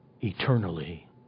eternally